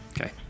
Okay